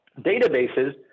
databases